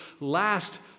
last